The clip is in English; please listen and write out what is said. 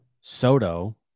Soto